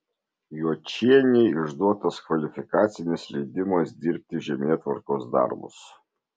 juočienei išduotas kvalifikacinis leidimas dirbti žemėtvarkos darbus